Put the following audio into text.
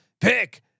Pick